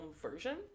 version